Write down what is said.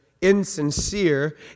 insincere